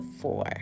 four